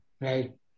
right